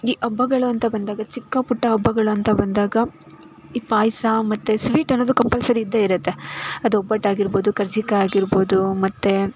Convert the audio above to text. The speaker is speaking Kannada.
ಈ ಹಬ್ಬಗಳು ಅಂತ ಬಂದಾಗ ಚಿಕ್ಕ ಪುಟ್ಟ ಹಬ್ಬಗಳು ಅಂತ ಬಂದಾಗ ಈ ಪಾಯಸ ಮತ್ತು ಸ್ವೀಟ್ ಅನ್ನೋದು ಕಂಪಲ್ಸರಿ ಇದ್ದೇ ಇರುತ್ತೆ ಅದು ಒಬ್ಬಟ್ಟು ಆಗಿರ್ಬೋದು ಕರ್ಜಿಕಾಯಿ ಆಗಿರ್ಬೋದು ಮತ್ತು